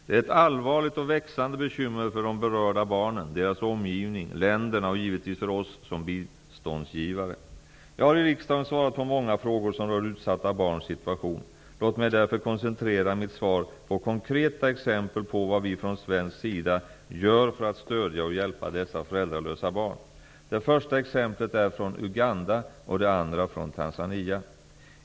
Det är ett allvarligt och växande bekymmer för de berörda barnen, deras omgivning, länderna och givetvis för oss som biståndsgivare. Jag har i riksdagen svarat på många frågor som rör utsatta barns situation. Låt mig därför koncentrera mitt svar på konkreta exempel på vad vi från svensk sida gör för att stödja och hjälpa dessa föräldralösa barn. Det första exemplet är från Uganda och det andra från Tanzania.